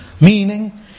Meaning